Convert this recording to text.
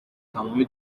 تمامی